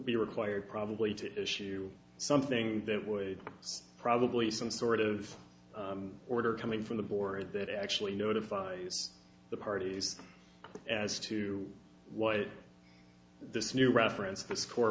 be required probably to issue something that would probably some sort of order coming from the board that actually notify the parties as to what this new reference